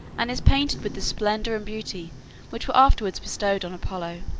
and is painted with the splendor and beauty which were afterwards bestowed on apollo.